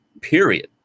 period